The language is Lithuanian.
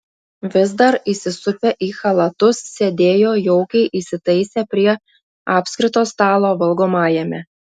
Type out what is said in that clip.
vis dar įsisupę į chalatus sėdėjo jaukiai įsitaisę prie apskrito stalo valgomajame